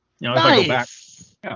Nice